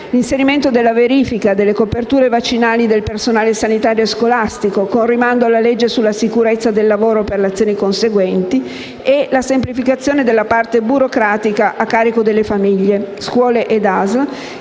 l'inserimento della verifica delle coperture vaccinali del personale sanitario e scolastico, con rimando alla legge sulla sicurezza del lavoro per le azioni conseguenti, nonché la semplificazione della parte burocratica a carico di famiglie, scuole e ASL